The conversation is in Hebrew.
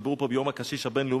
כשדיברו פה ביום הקשיש הבין-לאומי,